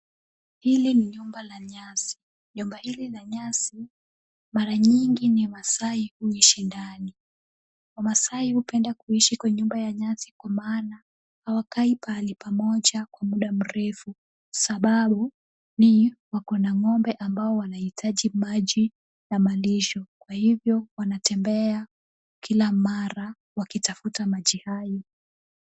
Hili ni nyumba la nyasi. Nyumba hili la nyasi, mara nyingi ni maasai huishi ndani. Wamaasai hupenda kuishi kwa nyumba ya nyasi kwa maana, hawakai pahali pamoja kwa muda mrefu. Sababu ni wako na ng'ombe ambao wanahitaji maji na malisho. Kwa hivyo wanatembea kila mara wakitafuta maji hayo.